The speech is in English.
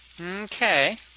Okay